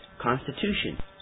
constitution